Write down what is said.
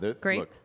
Great